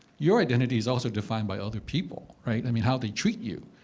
your identity's also defined by other people, right? i mean, how they treat you,